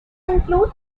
include